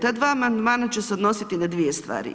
Ta dva amandmana će se odnositi na dvije stvari.